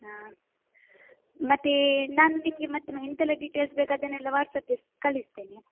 ಹಾಂ ಮತ್ತೆ ನಾನು ನಿಮಗೆ ಮತ್ತೆ ನ ಎಂಥೆಲ್ಲ ಡೀಟೆಲ್ಸ್ ಬೇಕು ಅದನ್ನೆಲ್ಲ ವಾಟ್ಸ್ಆ್ಯಪ್ಗೆ ಕಳಿಸ್ತೇನೆ